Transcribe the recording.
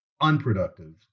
unproductive